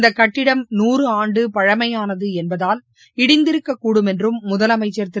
இந்த கட்டிடம் நூறு ஆண்டு பழமையானது என்பதால் இடிந்திருக்கக்கூடும் என்றும் முதலமைச்சா் திரு